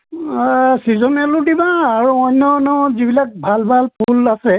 চিজনেলো দিবা আৰু অন্যন্য যিবিলাক ভাল ভাল ফুল আছে